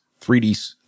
3D